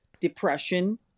depression